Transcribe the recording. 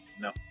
No